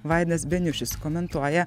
vaidotas beniušis komentuoja